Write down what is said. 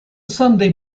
sunday